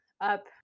up